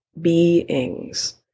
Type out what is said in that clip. beings